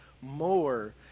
more